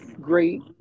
great